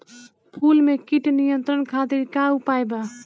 फूल में कीट नियंत्रण खातिर का उपाय बा?